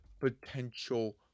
potential